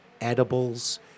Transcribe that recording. edibles